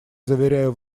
заверяю